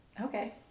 okay